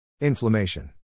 Inflammation